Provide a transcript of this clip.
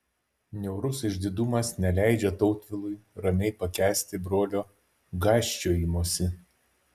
niaurus išdidumas neleidžia tautvilui ramiai pakęsti brolio gąsčiojimosi